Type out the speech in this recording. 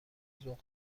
ذوق